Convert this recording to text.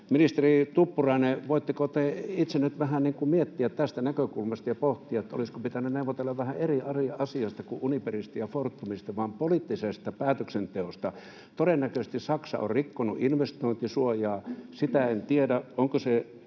Ministeri Tuppurainen, voitteko te itse nyt vähän miettiä tästä näkökulmasta ja pohtia, olisiko pitänyt neuvotella vähän eri asioista kuin Uniperista ja Fortumista, eli poliittisesta päätöksenteosta? Todennäköisesti Saksa on rikkonut investointisuojaa. Sitä en tiedä, onko se